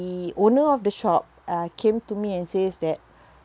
owner of the shop uh came to me and says that